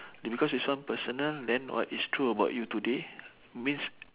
thi~ because this one personal then what it's true about you today means